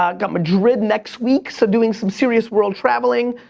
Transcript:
ah got madrid next week, so doing some serious world traveling.